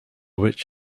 which